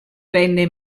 venne